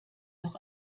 noch